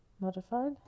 Modified